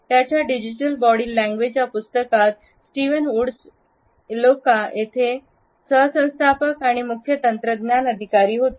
त्यांच्या digital body language या पुस्तकात स्टीव्हन वुड्स इलोक्वा येथे सह संस्थापक आणि मुख्य तंत्रज्ञान अधिकारी आहेत